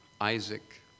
Isaac